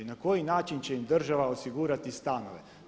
Na koji način će im država osigurati stanove?